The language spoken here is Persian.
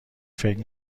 فکر